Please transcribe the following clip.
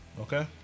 Okay